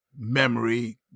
memory